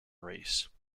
race